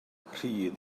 rhydd